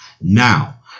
Now